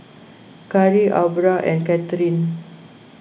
Carri Aubra and Katherin